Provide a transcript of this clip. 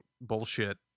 bullshit